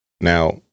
Now